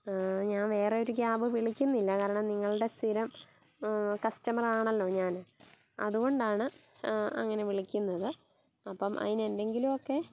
ഞാൻ വേറെ ഒരു ക്യാബ് വിളിക്കുന്നില്ല കാരണം നിങ്ങളുടെ സ്ഥിരം കസ്റ്റമറാണല്ലോ ഞാൻ അതുകൊണ്ടാണ് അങ്ങനെ വിളിക്കുന്നത് അപ്പം അതിന് എന്തെങ്ങിലുവൊക്കെ